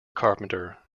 carpenter